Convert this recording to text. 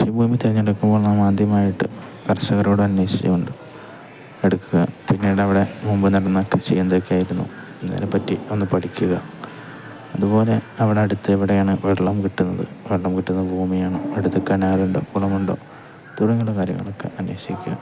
കൃഷിഭൂമി തിരഞ്ഞെടുക്കുമ്പോൾ നാമാദ്യമായിട്ട് കർഷകരോട് അന്വേഷിച്ചുകൊണ്ട് എടുക്കുക പിന്നീട് അവിടെ മുമ്പ് നടന്ന കൃഷി എന്തൊക്കെയായിരുന്നു ഇങ്ങനെപ്പറ്റി ഒന്ന് പഠിക്കുക അതുപോലെ അവിടെ അടുത്തെവിടെയാണ് വെള്ളം കിട്ടുന്നത് വെള്ളം കിട്ടുന്ന ഭൂമിയാണ് അടുത്ത് കെനാലുണ്ടോ കുളമുണ്ടോ തുടങ്ങിയുള്ള കാര്യങ്ങളൊക്കെ അന്വേഷിക്കുക